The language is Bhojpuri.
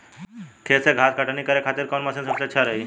खेत से घास कटनी करे खातिर कौन मशीन सबसे अच्छा रही?